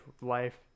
life